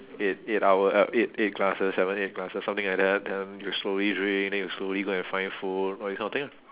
eight eight hour uh eight eight glasses seven eight glasses something like that and then you slowly drink then you slowly go and find food all this kind of thing ah